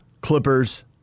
Clippers